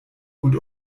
und